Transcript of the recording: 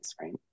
right